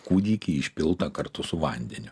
kūdikį išpiltą kartu su vandeniu